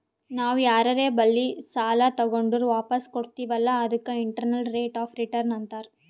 ನಾವ್ ಯಾರರೆ ಬಲ್ಲಿ ಸಾಲಾ ತಗೊಂಡುರ್ ವಾಪಸ್ ಕೊಡ್ತಿವ್ ಅಲ್ಲಾ ಅದಕ್ಕ ಇಂಟರ್ನಲ್ ರೇಟ್ ಆಫ್ ರಿಟರ್ನ್ ಅಂತಾರ್